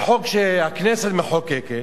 חוק שהכנסת מחוקקת,